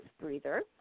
breather